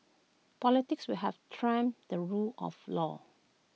politics will have trumped the rule of law